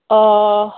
ꯑꯣ